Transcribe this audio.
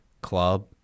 club